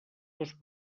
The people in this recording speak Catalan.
dos